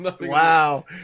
Wow